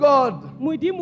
God